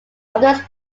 others